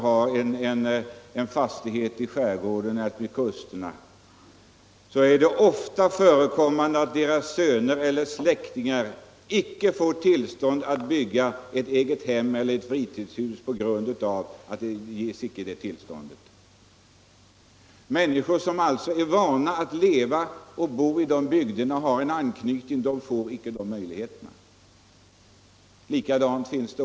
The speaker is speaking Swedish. T. ex. i skärgården får inte söner eller släktingar till en hemmansägare tillstånd att bygga ett egnahem eller ett fritidshus. Det är alltså fråga om människor som är vana att leva och bo i de bygderna. De har en anknytning till bygden, men de får inte tillstånd att bygga.